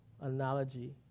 analogy